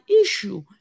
issue